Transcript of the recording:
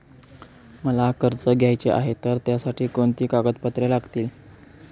मला कर्ज घ्यायचे आहे तर त्यासाठी कोणती कागदपत्रे लागतील?